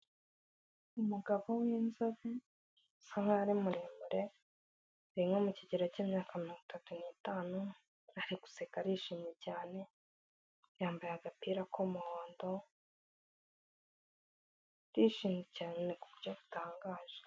Umugabo w'inzobe usa nk'aho ari muremure, ari nko mu kigero cy'imyaka mirongo itatu n'itanu, ari guseka arishimye cyane, yambaye agapira k'umuhondo, arishimye cyane ku buryo butangaje.